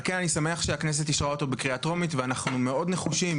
על כן אני שמח שהכנסת אישרה אותו בקריאה טרומית ואנחנו מאוד נחושים